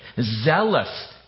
zealous